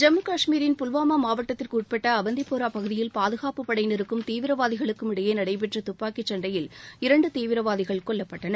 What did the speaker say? ஜம்மு கஷ்மீரின் புல்வாமா மாவட்டத்திற்கு உட்பட்ட அவந்திபுரா பகுதியில் பாதுகாப்புப் படையினருக்கும் தீவிரவாதிகளுக்கும் இடையே நடைபெற்ற துப்பாக்கிச் சண்டையில் இரண்டு தீவிரவாதிகள் கொல்லப்பட்டனர்